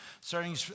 starting